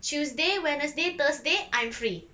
tuesday wednesday thursday I'm free